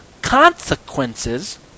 consequences